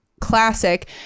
Classic